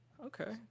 Okay